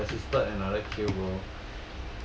I assisted another kill bro